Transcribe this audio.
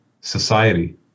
society